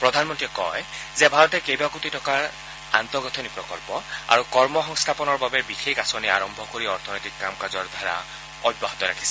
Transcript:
প্ৰধানমন্ত্ৰীয়ে কয় যে ভাৰতে কেইবা কোটি টকাৰ আন্তঃগাঠনি প্ৰকল্প আৰু কৰ্ম সংস্থাপনৰ বাবে বিশেষ আঁচনি আৰম্ভ কৰি অৰ্থনৈতিক কাম কাজৰ ধাৰা অব্যাহত ৰাখিছে